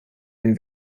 den